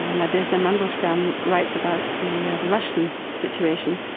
and nadezhda mandelstam writes about the the russian situation